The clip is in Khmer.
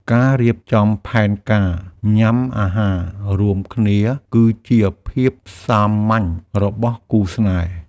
ការរៀបចំផែនការញ៉ាំអាហាររួមគ្នាគឺជាភាពសាមញ្ញរបស់គូរស្នេហ៍។